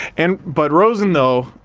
and, but rosen though,